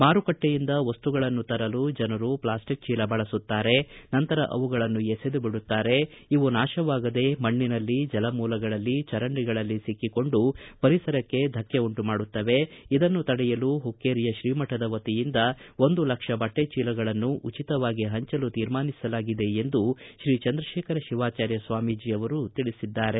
ಮಾರುಕಟ್ಟೆಯಿಂದ ವಸ್ತುಗಳನ್ನು ತರಲು ಜನರು ಪ್ಲಾಸ್ಟಿಕ್ ಚೀಲ ಬಳಸುತ್ತಾರೆ ನಂತರ ಅವುಗಳನ್ನು ಎಸೆದು ಬಿಡುತ್ತಾರೆ ಇವು ನಾಶ ವಾಗದೆ ಮಣ್ಣಿನಲ್ಲಿ ಜಲ ಮೂಲಗಳಲ್ಲಿ ಚರಂಡಿಗಳಲ್ಲಿ ಸಿಕ್ಕೊಂಡು ಪರಿಸರಕ್ಕೆ ಧಕ್ಕೆ ಉಂಟು ಮಾಡುತ್ತವೆ ಇದನ್ನು ತಡೆಯಲು ಹುಕ್ಕೇರಿಯ ಶ್ರೀ ಮಠದ ವತಿಯಿಂದ ಒಂದು ಲಕ್ಷ ಬಟ್ಟೆ ಚೀಲಗಳನ್ನು ಉಚಿತವಾಗಿ ಹಂಚಲು ತೀರ್ಮಾನಿಸಲಾಗಿದೆ ಎಂದು ಶ್ರೀ ಚಂದ್ರಶೇಖರ ಶಿವಾಚಾರ್ಯ ಸ್ವಾಮೀಜಿ ಅವರು ತಿಳಿಸಿದ್ದಾರೆ